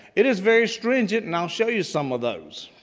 it is very stringent and i'll show you some of those.